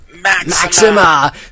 Maxima